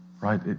right